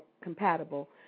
compatible